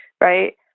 right